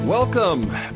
Welcome